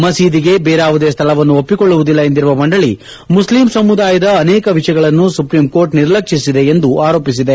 ಮಸೀದಿಗೆ ಬೇರಾವುದೇ ಸ್ವಳವನ್ನು ಒಪ್ಪಿಕೊಳ್ಳುವುದಿಲ್ಲ ಎಂದಿರುವ ಮಂಡಳಿ ಮುಸ್ಲಿಂ ಸಮುದಾಯದ ಅನೇಕ ವಿಷಯಗಳನ್ನು ಸುಪ್ರೀಂಕೋರ್ಟ್ ನಿರ್ಲಕ್ಷಿಸಿದೆ ಎಂದು ಆರೋಪಿಸಿದೆ